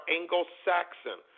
Anglo-Saxon